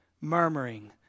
Murmuring